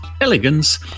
elegance